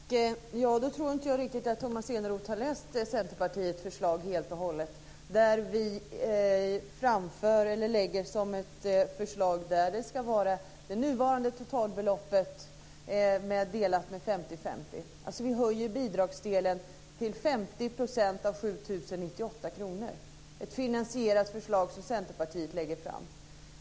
Fru talman! Jag tror inte riktigt att Tomas Eneroth har läst Centerpartiets förslag helt och hållet. Vi föreslår att det nuvarande totalbeloppet ska vara delat 50 kr. Det är ett finansierat förslag som Centerpartiet lägger fram.